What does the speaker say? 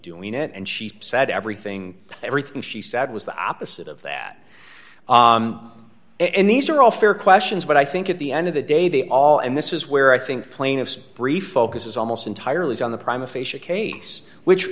doing it and she said everything everything she said was the opposite of that and these are all fair questions but i think at the end of the day they all and this is where i think plaintiff's brief focuses almost entirely on the prime aphasia case which